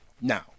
Now